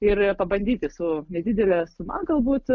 ir pabandyti su nedidele suma galbūt